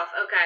okay